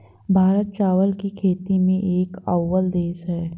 भारत चावल की खेती में एक अव्वल देश है